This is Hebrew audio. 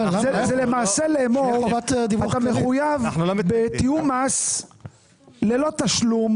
זה למעשה לומר שאתה מחויב בתיאום מס ללא תשלום,